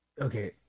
Okay